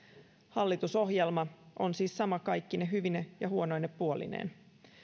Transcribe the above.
hallitusohjelma on siis sama kaikkine hyvine ja huonoine puolineen